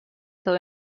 todo